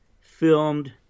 filmed